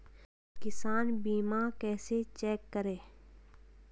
किसान बीमा कैसे चेक करें?